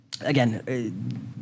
Again